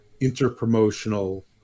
inter-promotional